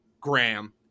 Graham